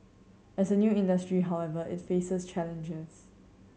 as a new industry however it faces challenges